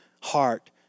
heart